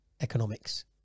Economics